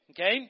Okay